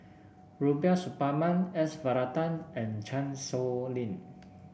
Rubiah Suparman S Varathan and Chan Sow Lin